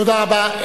תודה רבה.